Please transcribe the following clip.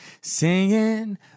Singing